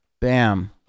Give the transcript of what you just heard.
bam